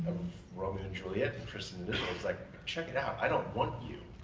romeo and juliet, of tristan and isolde. it's like, check it out, i don't want you.